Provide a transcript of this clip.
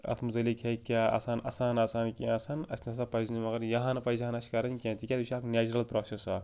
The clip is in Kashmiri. اَتھ مُتعلِق ہے کیٛاہ آسان اَسان آسان کیٚنٛہہ آسان اسہِ نَہ سا پَزِ نہٕ مگر یِہان پَزِ ہا نہٕ اسہِ کَرٕنۍ کیٚنٛہہ تِکیٛازِ یہِ چھِ اَکھ نیچرَل پرٛاسیٚس اَکھ